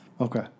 Okay